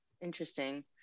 Interesting